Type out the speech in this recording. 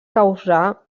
causar